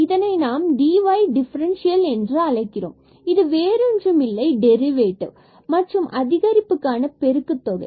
இதனை நாம் dy differential என்று அழைக்கிறோம் இது வேறொன்றுமில்லை டெரிவேடிவ் மற்றும் அதிகரிப்புக்கான பெருக்குத் தொகை